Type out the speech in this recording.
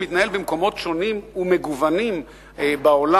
הוא מתנהל במקומות שונים ומגוונים בעולם,